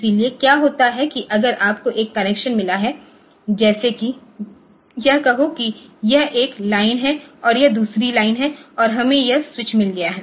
इसलिए क्या होता है कि अगर आपको एक कनेक्शन मिला है जैसे कि यह कहो कि यह एक लाइन है और यह दूसरी लाइन है और हमें यहां स्विच मिल गया है